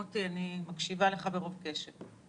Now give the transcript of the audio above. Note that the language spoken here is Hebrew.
מוטי, אני מקשיבה לך ברוב קשב.